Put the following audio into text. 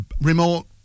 remote